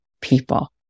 people